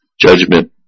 judgment